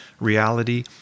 reality